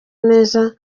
neza